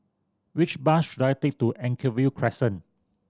which bus should I take to Anchorvale Crescent